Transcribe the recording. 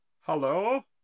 Hello